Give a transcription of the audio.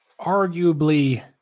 arguably